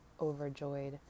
overjoyed